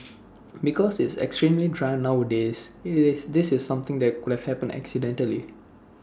because it's extremely dry nowadays IT is this is something that could have happened accidentally